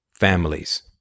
families